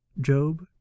Job